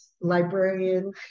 librarian